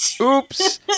Oops